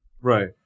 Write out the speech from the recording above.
Right